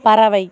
பறவை